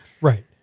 Right